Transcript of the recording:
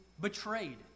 betrayed